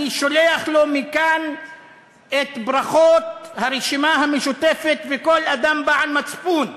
אני שולח לו מכאן את ברכות הרשימה המשותפת וכל אדם בעל מצפון.